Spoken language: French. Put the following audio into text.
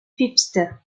pfister